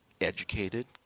educated